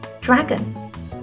Dragons